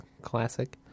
Classic